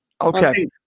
Okay